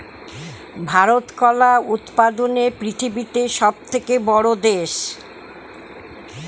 ভারত কলা উৎপাদনে পৃথিবীতে সবথেকে বড়ো দেশ